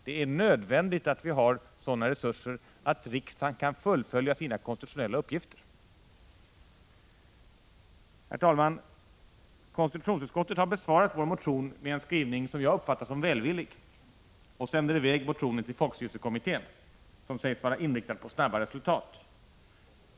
Det är nödvändigt att vi har sådana resurser att riksdagen kan fullfölja sina konstitutionella uppgifter. Herr talman! Konstitutionsutskottet har besvarat vår motion med en skrivning som jag uppfattar som välvillig och sänder i väg motionen till folkstyrelsekommittén, som sägs vara inriktad på snabba resultat.